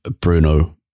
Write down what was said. Bruno